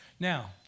Now